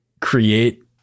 create